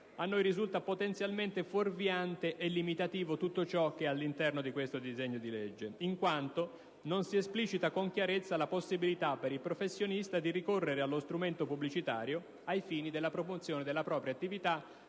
che risulta potenzialmente fuorviante e limitativo rispetto a tutto ciò che è contenuto all'interno di questo disegno di legge, in quanto non si esplicita con chiarezza la possibilità per il professionista di ricorrere allo strumento pubblicitario ai fini della promozione della propria attività,